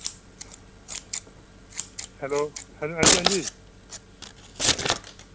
hello हां जी हां जी